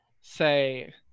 say